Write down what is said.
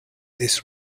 this